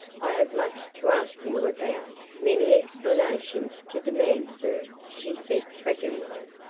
i have much to ask you about, many explanations to demand, sir, she said threateningly.